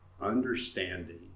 understanding